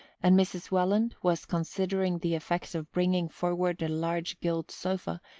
and mrs. welland was considering the effect of bringing forward the large gilt sofa,